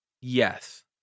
Yes